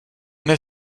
mne